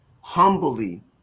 humbly